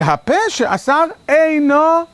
הפה שאסר אינו